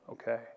Okay